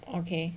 okay